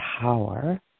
power